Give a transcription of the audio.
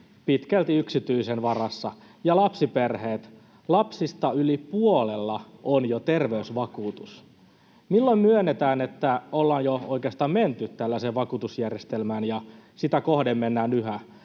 pitkälti yksityisen varassa — ja lapsiperheet: lapsista yli puolella on jo terveysvakuutus. Milloin myönnetään, että ollaan jo oikeastaan menty tällaiseen vakuutusjärjestelmään ja sitä kohden mennään yhä?